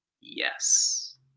yes